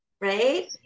right